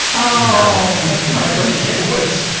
oh, that's heartbreaking! it was!